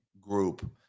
group